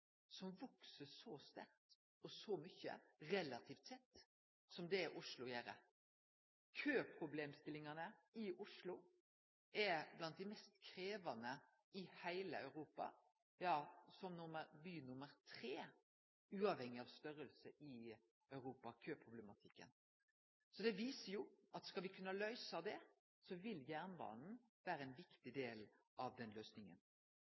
som veks så sterkt og så mykje, relativt sett, som Oslo gjer. Køproblema i Oslo er blant dei mest krevjande i heile Europa. Oslo er nummer tre på lista over byar med store køproblem – uavhengig av storleik – i Europa. Det viser at skal me kunne løyse det, vil jernbanen vere ein viktig del av